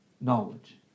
knowledge